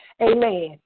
Amen